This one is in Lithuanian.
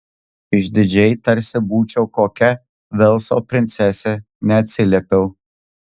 išdidžiai tarsi būčiau kokia velso princesė neatsiliepiau